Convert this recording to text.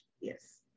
Yes